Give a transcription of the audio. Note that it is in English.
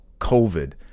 COVID